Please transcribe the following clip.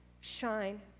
shine